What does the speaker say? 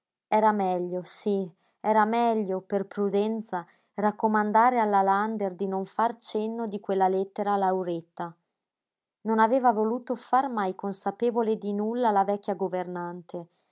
era meglio sí era meglio per prudenza raccomandare alla lander di non far cenno di quella lettera a lauretta non aveva voluto far mai consapevole di nulla la vecchia governante